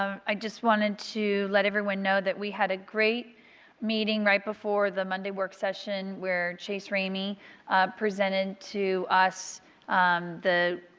um i just wanted to let everyone know that we had a great meeting right before the monday work session. where chase ramey presented to us the,